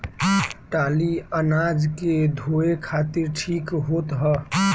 टाली अनाज के धोए खातिर ठीक होत ह